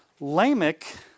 Lamech